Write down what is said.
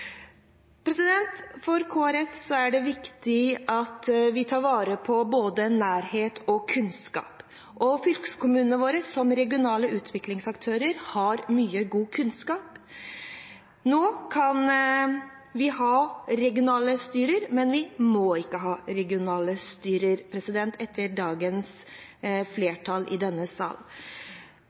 For Kristelig Folkeparti er det viktig at vi tar vare på både nærhet og kunnskap. Fylkeskommunene våre, som regionale utviklingsaktører, har mye god kunnskap. Nå kan vi ha regionale styrer, men vi må ikke ha regionale styrer, etter dagens flertall i denne sal.